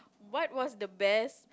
what was the best